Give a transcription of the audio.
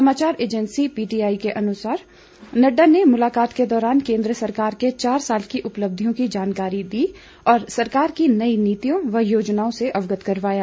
समाचार agency PTI के अनुसार नड्डा ने मुलाकात के दौरान केंद्र सरकार के चार साल की उपलब्धियों की जानकारी दी और सरकार की नई नीतियों व योजनाओं से अवगत करवाया